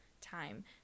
time